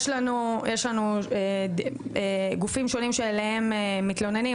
יש לנו גופים שונים שאליהם מתלוננים,